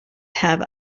have